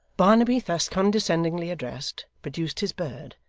barnaby, thus condescendingly addressed, produced his bird,